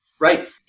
Right